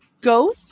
Go